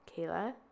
Kayla